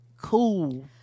cool